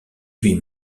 huit